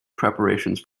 preparations